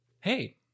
Hey